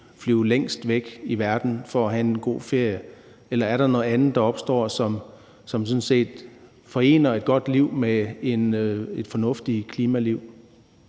flyve længst væk i verden for at have en god ferie, eller er der noget andet, der opstår, og som sådan set forener et godt liv med et fornuftigt klimaliv?